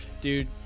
dude